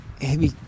heavy